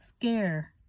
scare